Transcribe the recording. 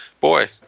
boy